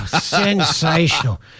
Sensational